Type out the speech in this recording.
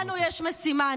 לנו יש משימה.